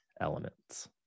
elements